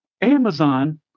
Amazon